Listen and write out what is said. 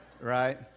Right